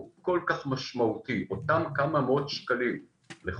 הוא כל כך משמעותי, אותם כמה מאות שקלים לחודש,